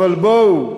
אבל בואו,